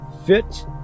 Fit